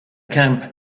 camp